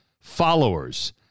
followers